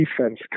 defense